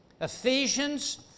Ephesians